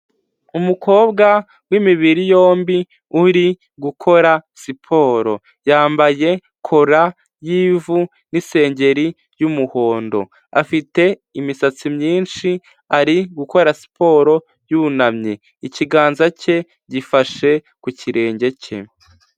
Umukobwa w'imibiri yombi uri gukora siporo, yambaye kora y'ivu n'isengeri y'umuhondo, afite imisatsi myinshi ari gukora siporo yunamye, ikiganza cye gifashe ku kirenge cye.